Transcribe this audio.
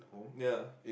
ya